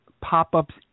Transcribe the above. pop-ups